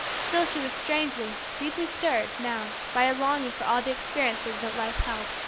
still she was strangely, deeply stirred now by a longing for all the experiences that life held.